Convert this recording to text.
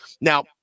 Now